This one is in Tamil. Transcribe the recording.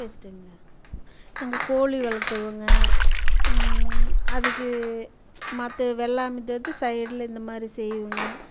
பேசிட்டிங்களா நாங்கள் கோழி வளர்த்தவங்க அதுக்கு மற்ற வெள்ளாமை தவிர்த்து சைடில் இந்த மாதிரி செய்வோங்க